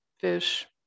fish